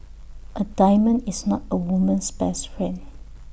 A diamond is not A woman's best friend